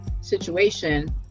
situation